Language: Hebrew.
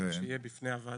שיהיה בפני הוועדה,